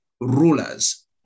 rulers